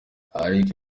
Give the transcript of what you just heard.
ariko